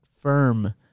firm